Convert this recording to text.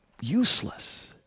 useless